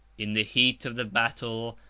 in the heat of the battle,